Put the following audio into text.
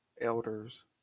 elders